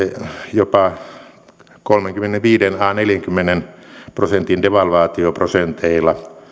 jopa kolmenkymmenenviiden viiva neljänkymmenen prosentin devalvaatioprosenteilla